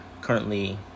Currently